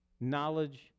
knowledge